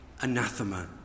anathema